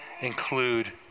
include